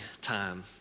time